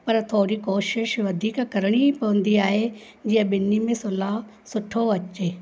पर थोरी कोशिशि वधीक करणी पवंदी आहे जीअं ॿिनि में सुलह सुठो अचे